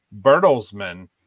Bertelsmann